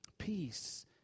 peace